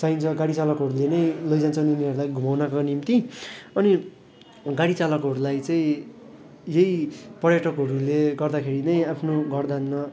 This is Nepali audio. चाहिन्छ गाडी चालकहरूले नै लैजान्छन् उनीहरूलाई घुमाउनको निम्ति अनि गाडी चालकहरूलाई चाहिँ यही पर्यटकहरूले गर्दाखेरि नै आफ्नो घर धान्न